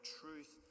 truth